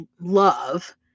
love